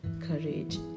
courage